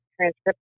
Transcript